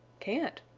can't,